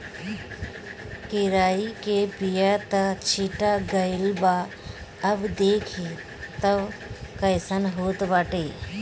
केराई के बिया त छीटा गइल बा अब देखि तअ कइसन होत बाटे